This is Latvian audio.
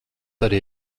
arī